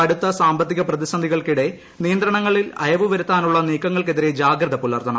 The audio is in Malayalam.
കടുത്ത സാമ്പത്തിക പ്രതിസന്ധികൾക്കിടെ നിയന്ത്രണങ്ങൾ അയവുവരുത്താനുള്ള നീക്കങ്ങൾക്കെതിരെ ജാഗ്രത പുലർത്തണം